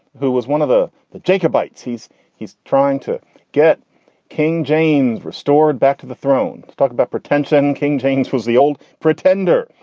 who was one of ah the jacobites. he's he's trying to get king james restored back to the throne to talk about pretention. king james was the old pretender.